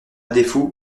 défaut